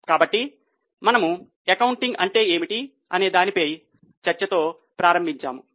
కాబట్టి మనము అకౌంటింగ్ అంటే ఏమిటి అనే దానిపై చర్చతో ప్రారంభించాము